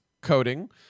coding